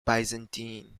byzantine